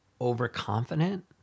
overconfident